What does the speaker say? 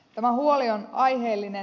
tämä huoli on aiheellinen